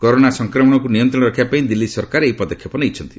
corona ସଂକ୍ରମଣକୁ ନିୟନ୍ତ୍ରଣରେ ରଖିବା ପାଇଁ ଦିଲ୍ଲୀ ସରକାର ଏହି ପଦକ୍ଷେପ ନେଇଛନ୍ତି